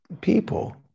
people